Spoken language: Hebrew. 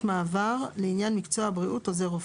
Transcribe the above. מעבר בעניין מקצוע הבריאות עוזר רופא.